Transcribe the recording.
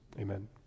Amen